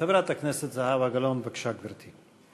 חברת הכנסת זהבה גלאון, בבקשה, גברתי.